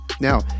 Now